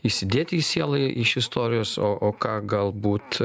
įsidėti į sielą iš istorijos o o ką galbūt